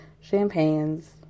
champagnes